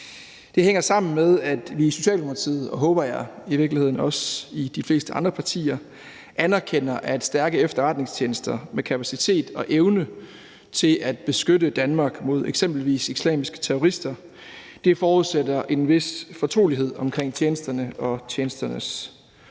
Det hænger sammen med, at vi i Socialdemokratiet anerkender, og det håber jeg i virkeligheden også at de fleste andre partier gør, at stærke efterretningstjenester med kapacitet og evne til at beskytte Danmark mod eksempelvis islamiske terrorister forudsætter en vis fortrolighed omkring tjenesterne og tjenesternes metoder